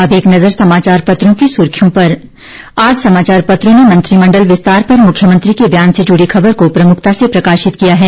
अब एक नजर समाचार पत्रों की सुर्खियां पर आज समाचार पत्रों ने मंत्रिमंडल विस्तार पर मुख्यमंत्री के ब्यान से जुड़ी खबर को प्रमुखता से प्रकाशित किया है